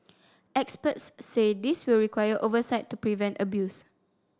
experts say this will require oversight to prevent abuse